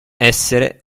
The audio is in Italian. essere